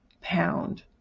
pound